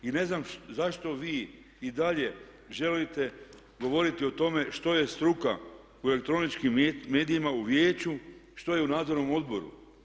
I ne znam zašto vi i dalje želite govoriti o tome što je struka u elektroničkim medijima, u vijeću, što je u nadzornom odboru.